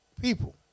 people